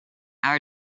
our